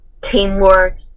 teamwork